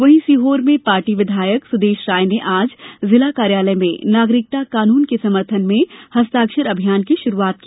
वहीं सीहोर में पार्टी विधायक सुदेश राय ने आज जिला कार्यालय में नागरिकता कानून के समर्थन में हस्ताक्षर अभियान की शुरुआत की